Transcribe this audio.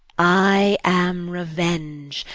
i am revenge,